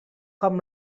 com